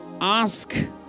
ask